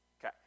Okay